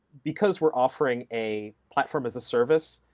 because were offering a platform as a service,